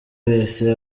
wese